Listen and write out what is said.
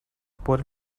por